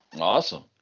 Awesome